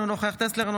אינו נוכח יעקב טסלר,